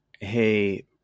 Hey